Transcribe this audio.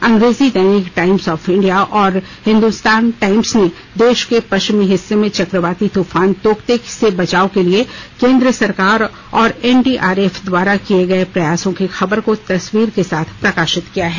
अंग्रेजी दैनिक Times of India और हिंदुस्तान टाईम्स ने देश के पश्चिमी हिस्से में चक्रवाती तूफान तोकते से बचाव के लिए केंद्र सरकार और एनडीआरएफ द्वारा किये गये प्रयासों की खबर को तस्वीर के साथ प्रकाशित किया है